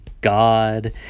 God